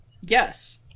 yes